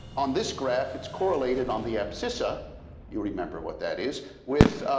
on this graph, it's correlated on the abscissa you remember what that is with